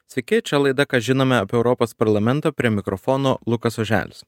sveiki čia laida ką žinome apie europos parlamentą prie mikrofono lukas oželis